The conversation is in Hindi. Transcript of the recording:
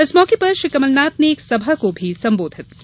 इस मौके पर श्री कमलनाथ ने एक सभा को संबोधित किया